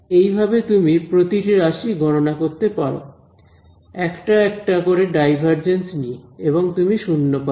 একইভাবে তুমি প্রতিটি রাশি গণনা করতে পারো একটা একটা করে ডাইভারজেন্স নিয়ে এবং তুমি শূন্য পাবে